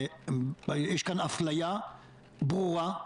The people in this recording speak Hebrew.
יש כאן אפליה ברורה,